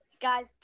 guys